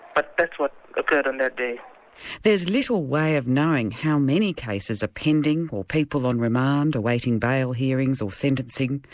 but that's what occurred on that day. there is little way of knowing how many cases are pending, or people on remand awaiting bail hearings or sentencing,